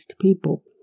people